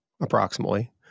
approximately